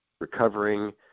recovering